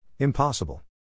Impossible